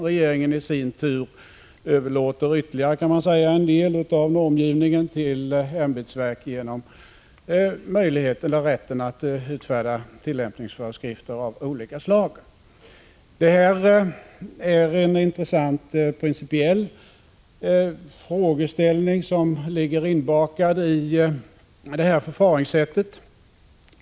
Regeringen i sin tur överlåter ytterligare, H - kan man säga, en del av normgivningen till ämbetsverk genom rätten att GIS anstevto vinns m.m. utfärda tillämpningsföreskrifter av olika slag. Ett par intressanta principiella frågeställningar ligger inbakade i detta Granskningsarbetets förfaringssätt.